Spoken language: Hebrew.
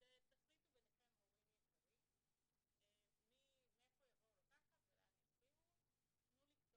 תחליטו ביניהם הורים יקרים מאיפה יבואו לקחת ולאן יחזירו,